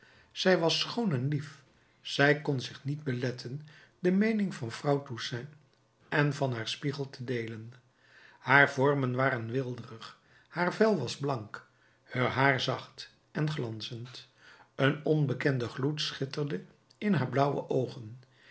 zij was schoon en lief zij kon zich niet beletten de meening van vrouw toussaint en van haar spiegel te deelen haar vormen waren weelderig haar vel was blank heur haar zacht en glanzend een onbekende gloed schitterde in haar blauwe oogen